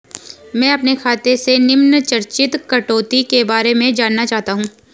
मैं अपने खाते से निम्न चार्जिज़ कटौती के बारे में जानना चाहता हूँ?